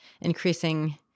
increasing